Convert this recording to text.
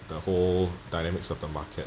the whole dynamics of the market